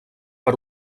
per